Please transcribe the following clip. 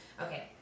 Okay